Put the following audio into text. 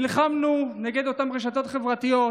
נלחמנו נגד אותן רשתות חברתיות,